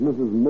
Mrs